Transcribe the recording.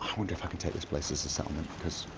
um wonder if i can take this place as a settlement, cause